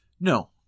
No